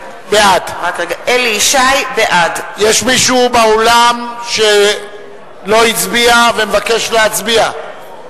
בעד יש מישהו באולם שלא הצביע ומבקש להצביע?